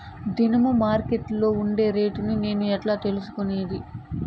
దినము మార్కెట్లో ఉండే రేట్లని నేను ఎట్లా తెలుసుకునేది?